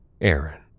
Aaron